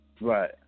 Right